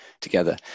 together